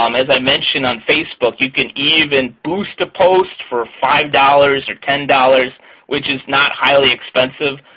um as i mentioned, on facebook you can even boost a post for five dollars or ten dollars which is not highly expensive.